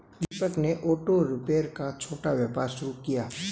दीपक ने auto repair का छोटा व्यापार शुरू किया